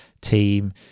team